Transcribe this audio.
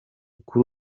kuri